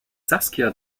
saskia